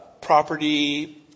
Property